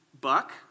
buck